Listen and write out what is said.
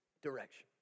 direction